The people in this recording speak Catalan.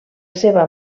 seva